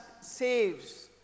Saves